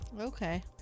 Okay